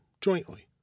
jointly